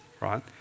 right